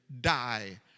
die